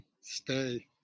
Stay